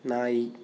ನಾಯಿ